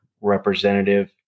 representative